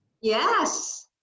Yes